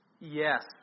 Yes